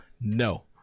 No